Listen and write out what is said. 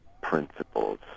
principles